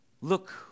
Look